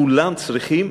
כולם צריכים